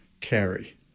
carry